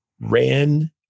Ran